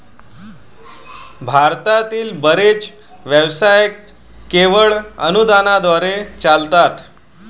भारतातील बरेच व्यवसाय केवळ अनुदानाद्वारे चालतात